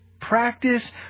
practice